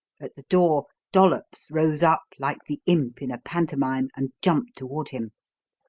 at the door dollops rose up like the imp in a pantomime and jumped toward him.